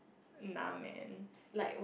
nah man